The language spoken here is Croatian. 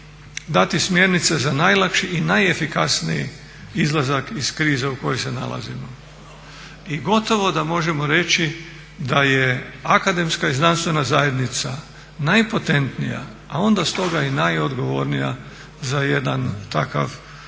dati smjernice za najlakši i najefikasniji izlazak iz krize u kojoj se nalazimo. I gotovo da možemo reći da je akademska i znanstvena zajednica najpotentnija a onda stoga i najodgovornija za jedan takav